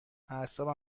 اعصابم